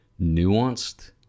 nuanced